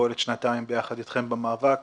שפועלת שנתיים ביחד אתכם במאבק.